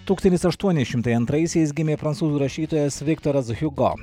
tūkstantis aštuoni šimtai antraisiais gimė prancūzų rašytojas viktoras hiugo